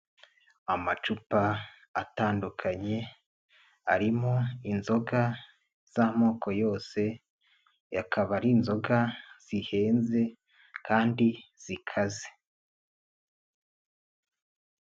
Amacupa atandukanye arimo inzoga z'amoko yose akaba ari inzoga zihenze kandi zikaze.